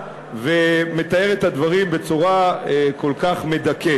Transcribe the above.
ומתארת את הדברים בצורה כל כך מדכאת.